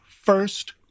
First